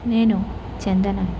నేను చందన